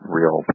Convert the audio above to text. real